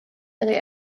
ihre